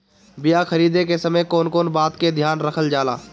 बीया खरीदे के समय कौन कौन बात के ध्यान रखल जाला?